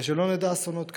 ושלא נדע אסונות כאלה.